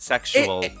Sexual